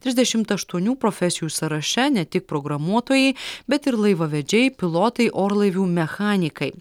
trisdešimt aštuonių profesijų sąraše ne tik programuotojai bet ir laivavedžiai pilotai orlaivių mechanikai